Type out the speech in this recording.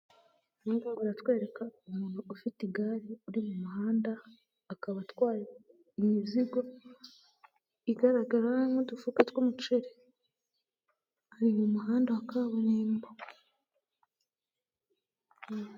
Aha ngaha baratwereka umuntu ufite igare uri mu muhanda akaba atwaye imizigo, igaragara nk'udufuka tw'umuceri ari mu muhanda wa kaburimbo.